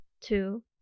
two